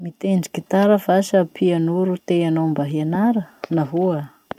Mitendry gitara va sa piano ro teanao mba hianara? Nahoa?